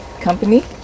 company